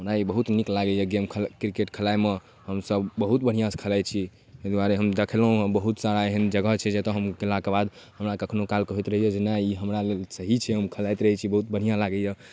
हमरा ई बहुत नीक लागैए गेम किरकेट खेलाइमे हमसभ बहुत बढ़िआँसँ खेलाइ छी ओहिदुआरे हम देखलहुँ हँ बहुत सारा एहन जगह छै जतऽ हम गेलाक बाद हमरा कखनो कालके होइत रहैए जे नहि ई हमरा लेल सही छै हम खेलाइत रहै छी बहुत बढ़िआँ लागैए